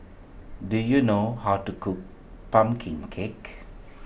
do you know how to cook Pumpkin Cake